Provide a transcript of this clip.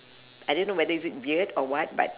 I don't know whether is it weird or what but